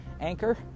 Anchor